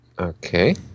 Okay